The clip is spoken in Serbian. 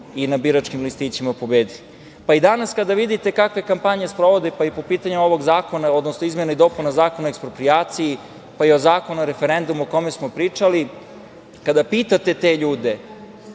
i na biračkim listićima olovkom pobedili.I danas kada vidite kakve kampanje sprovode, pa i po pitanju ovog zakona, odnosno izmene i dopune Zakona o eksproprijaciji, pa i o Zakona o referendumu o kome smo pričali, kada pitate te ljude